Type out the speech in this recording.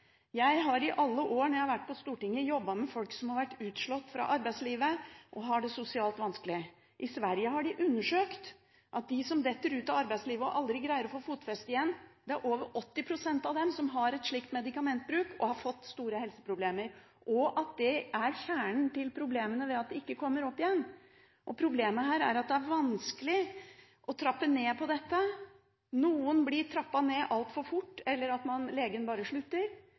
Jeg har i alle de årene jeg har vært på Stortinget, jobbet med folk som har falt ut av arbeidslivet, og har det sosialt vanskelig. I Sverige har man undersøkt det, og funnet ut at av de som detter ut av arbeidslivet og aldri greier å få fotfeste igjen, er det over 80 pst. som har en slik medikamentbruk, og som har fått store helseproblemer – det er kjernen til problemene som gjør at de ikke kommer seg opp igjen. Problemet er at det er vanskelig å trappe ned på dette. Noen blir trappet ned altfor fort, eller legen bare slutter.